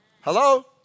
Hello